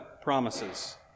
promises